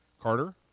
Carter